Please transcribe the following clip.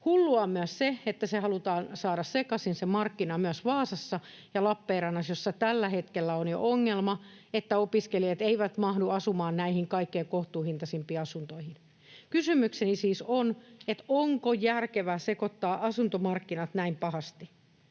Hullua on myös se, että se markkina halutaan saada sekaisin myös Vaasassa ja Lappeenrannassa, joissa jo tällä hetkellä on ongelma, että opiskelijat eivät mahdu asumaan näihin kaikkein kohtuuhintaisimpiin asuntoihin. Kysymykseni siis on, onko järkevää sekoittaa asuntomarkkinat näin pahasti.